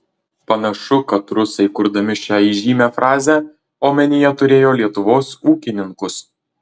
panašu kad rusai kurdami šią įžymią frazę omenyje turėjo lietuvos ūkininkus